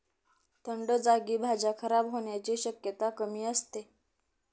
थंड जागी भाज्या खराब होण्याची शक्यता कमी असते